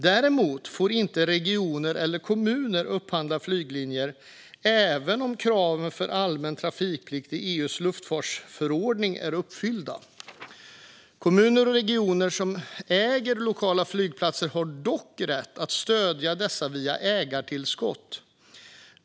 Däremot får inte regioner eller kommuner upphandla flyglinjer, även om kraven för allmän trafikplikt i EU:s lufttrafikförordning är uppfyllda. Kommuner och regioner som äger lokala flygplatser har dock rätt att stödja dessa via ägartillskott.